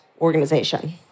organization